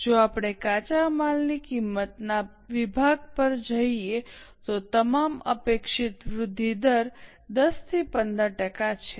જો આપણે કાચા માલની કિંમતના વિભાગ પર જઈએ તો તમામ અપેક્ષિત વૃદ્ધિ દર 10 થી 15 ટકા છે